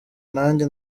nanjye